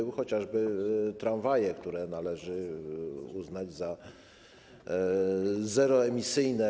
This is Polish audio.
Są to chociażby tramwaje, które należy uznać za zeroemisyjne.